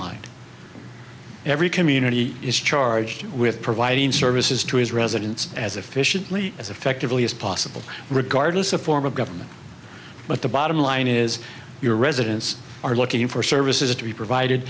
line every community is charged with providing services to his residents as efficiently as effectively as possible regardless of form of government but the bottom line is you're residents are looking for services to be provided